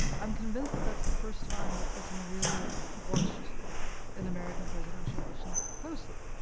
i'm convinced that that's the first time that putin really watched an american presidential election closely.